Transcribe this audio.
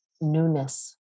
newness